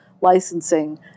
licensing